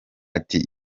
ati